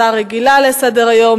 הצעה רגילה לסדר-היום.